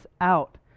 out